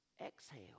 exhale